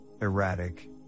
erratic